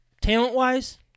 Talent-wise